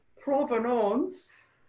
Provenance